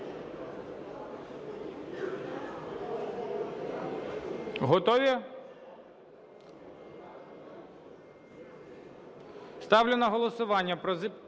Готові? Ставлю на голосування